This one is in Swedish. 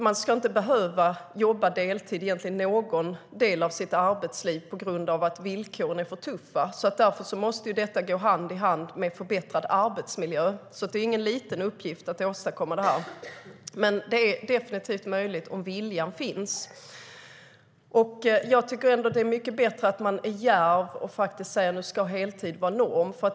Man ska inte behöva jobba deltid under någon del av sitt arbetsliv på grund av att villkoren är för tuffa. Därför måste målet gå hand i hand med förbättrad arbetsmiljö. Det är ingen liten uppgift, men det är definitivt möjligt om viljan finns. Det är bättre att vara djärv och säga att heltid ska vara norm.